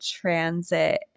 transit